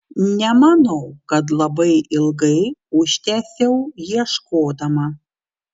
nemanau kad labai ilgai užtęsiau ieškodama